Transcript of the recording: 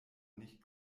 nicht